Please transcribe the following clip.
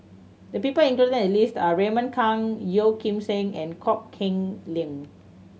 the people included in the list are Raymond Kang Yeo Kim Seng and Kok Keng Leun